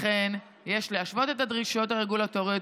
לכן יש להשוות את הדרישות הרגולטוריות